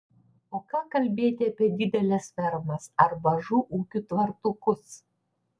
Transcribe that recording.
o ką kalbėti apie dideles fermas ar mažų ūkių tvartukus